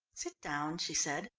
sit down, she said,